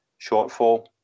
shortfall